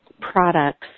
products